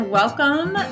welcome